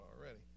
already